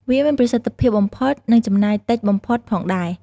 វាមានប្រសិទ្ធភាពបំផុត និងចំណាយតិចបំផុតផងដែរ។